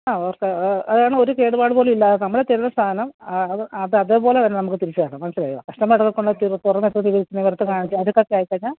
ഓ അവർക്ക് അതാണ് ഒരു കേടുപാട് പോലും ഇല്ലാതെ നമ്മല തരുന്ന സാധനം അത് അതേപോലെ തന്നെ നമുക്ക് തിരിച്ചുതരണം മനസ്സിലായോ കസ്റ്റമറുടെ അടുത്ത് കൊണ്ട് തുറന്നിട്ട് ഇത് നിവർത്തി കാണിച്ച് അതൊക്കെ ആയിക്കഴിഞ്ഞാൽ